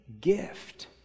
gift